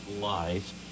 Live